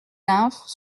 nymphes